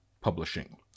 Publishing